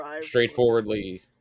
straightforwardly